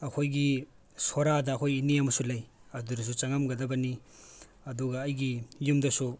ꯑꯩꯈꯣꯏꯒꯤ ꯁꯣꯔꯥꯗ ꯑꯩꯈꯣꯏ ꯏꯅꯦ ꯑꯃꯁꯨ ꯂꯩ ꯑꯗꯨꯗꯁꯨ ꯆꯪꯉꯝꯒꯗꯕꯅꯤ ꯑꯗꯨꯒ ꯑꯩꯒꯤ ꯌꯨꯝꯗꯁꯨ